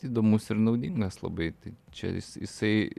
įdomus ir naudingas labai tai čia jisai